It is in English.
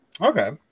Okay